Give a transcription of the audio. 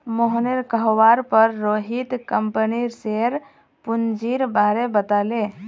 मोहनेर कहवार पर रोहित कंपनीर शेयर पूंजीर बारें बताले